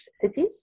cities